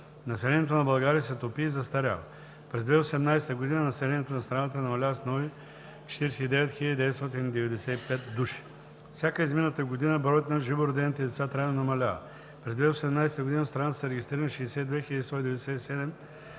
Населението на България се топи и застарява. През 2018 г. населението на страната намалява с нови 49 995 души. С всяка измината година броят на живородените деца трайно намалява. През 2018 г. в страната са регистрирани 62 197